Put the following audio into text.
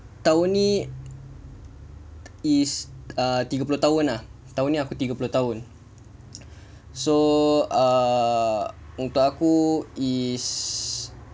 tahun ni is uh tiga puluh tahun ah tahun ni aku tiga puluh tahun so uh untuk aku is